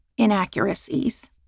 inaccuracies